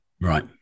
Right